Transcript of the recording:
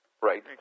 Right